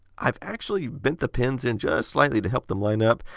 i've actually bent the pins in just slightly to help them line up.